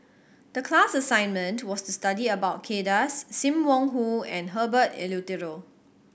the class assignment to was to study about Kay Das Sim Wong Hoo and Herbert Eleuterio